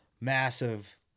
massive